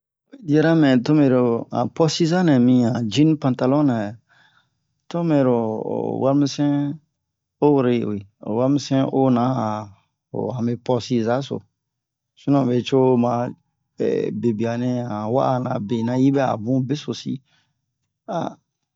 oyi diara mɛ ti mɛro han posiza nɛ mi han jin pantalon na yɛ to mero o marimisɛn ho woro yi'i ho warimisɛn yi ona han hanbe posiza so sinon me co ma bebianɛ han wa'a na benɛ hi bɛ'a bun beso si